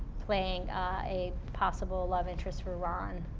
playing a possible love interested for ron.